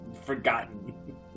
forgotten